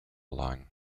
line